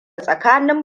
tsakanin